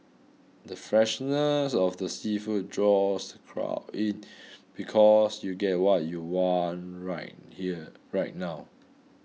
the freshness of the seafood draws crowd in because you'll get what you want right here right now